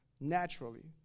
naturally